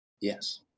Yes